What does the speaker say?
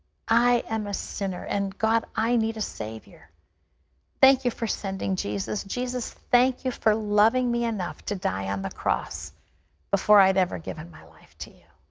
i am a sinner, and god, i need a savior thank you for sending jesus. jesus, thank you for loving me enough to die on the cross before i had ever given my life to you.